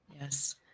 Yes